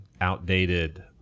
outdated